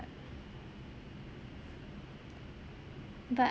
but